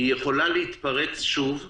היא יכולה להתפרץ שוב במהירות,